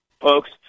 folks